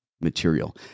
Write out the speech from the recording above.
material